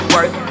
Work